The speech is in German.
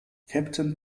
captain